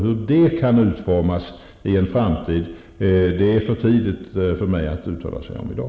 Hur det kan utformas i en framtid är för tidigt för mig att uttala mig om i dag.